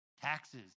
Taxes